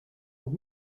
aux